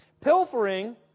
Pilfering